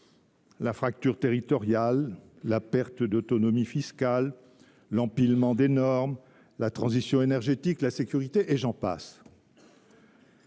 la fracture territoriale, la perte d’autonomie fiscale, l’empilement des normes, la transition énergétique et la sécurité, entre autres.